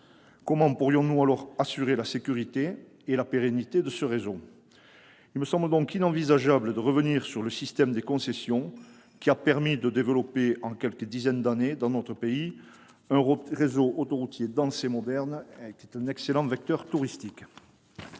Comment assurer alors la sécurité et la pérennité de ce réseau ? Il me semble donc inenvisageable de revenir sur le système des concessions, qui a permis de développer en quelques dizaines d'années dans notre pays un réseau autoroutier dense et moderne, qui est un excellent vecteur touristique.